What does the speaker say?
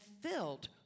filled